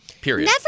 period